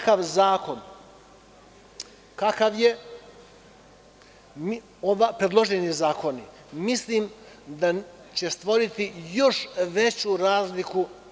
Prema tome, ovako predloženi zakoni mislim da će stvoriti još veću razliku.